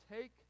take